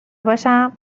باشم